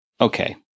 okay